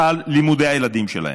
על לימודי הילדים שלהם.